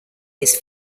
his